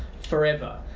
forever